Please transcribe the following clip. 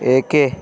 ଏକ